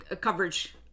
coverage